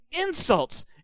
insults